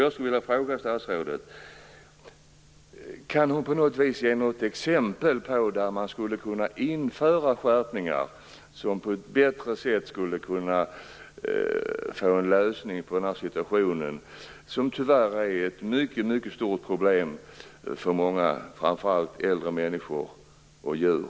Jag skulle vilja fråga: Kan statsrådet ge något exempel på hur man skulle kunna införa skärpningar, som på ett bättre sätt kunde ge en lösning på denna situation, som i dag tyvärr är ett mycket stort problem för många, framför allt äldre människor och djur?